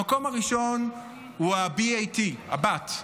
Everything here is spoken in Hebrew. המקום הראשון הוא ה-BAT,